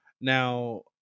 Now